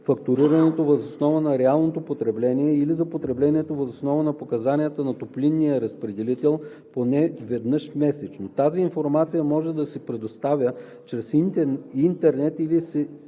фактурирането въз основа на реалното потребление или за потреблението въз основа на показанията на топлинния разпределител поне веднъж месечно. Тази информация може да се предоставя чрез интернет и се